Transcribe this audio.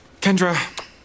Kendra